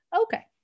Okay